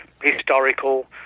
historical